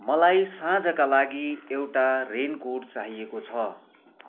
मलाई साँझका लागि एउटा रेनकोट चाहिएको छ